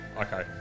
Okay